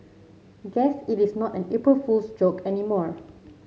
guess it is not an April Fool's joke anymore